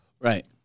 Right